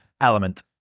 Element